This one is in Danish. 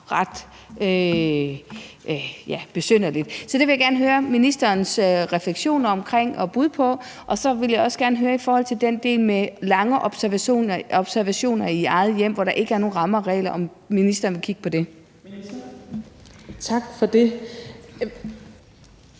ret besynderligt. Så det vil jeg gerne høre ministerens refleksioner over og bud på. Så vil jeg også gerne høre, om ministeren vil kigge på den del om lange observationer i eget hjem, hvor der ikke er nogen rammer og regler. Kl. 20:48 Fjerde næstformand